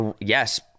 yes